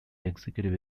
executive